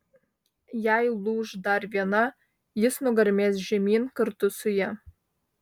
jei lūš dar viena jis nugarmės žemyn kartu su ja